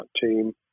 team